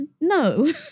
no